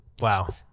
Wow